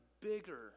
bigger